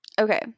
Okay